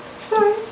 Sorry